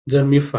जर मी 5